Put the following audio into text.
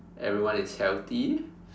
everyone is healthy